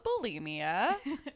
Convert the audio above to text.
bulimia